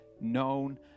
known